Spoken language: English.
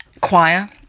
Choir